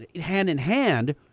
hand-in-hand